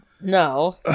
No